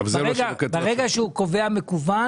ברגע שהוא קובע שזה מקוון